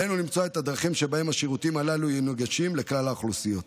עלינו למצוא את הדרכים שבהם השירותים הללו יהיו נגישים לכלל האוכלוסיות.